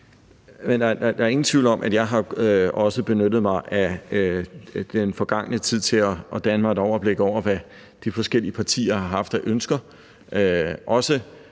Der er ingen tvivl om, at jeg også har benyttet mig af den forgangne tid til at danne mig et overblik over, hvad de forskellige partier har haft af ønsker,